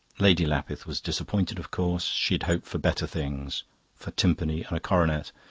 lady lapith was disappointed, of course she had hoped for better things for timpany and a coronet.